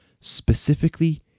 specifically